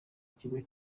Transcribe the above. ikigo